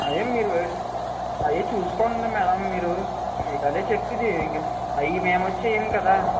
అవే మీరు అవే చూసుకోండి మ్యాడం మీరు మీకదే చెప్పేది ఇంకా అవి మేము వచ్చి చెయ్యం కదా